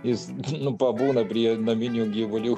jis nu pabūna prie naminių gyvulių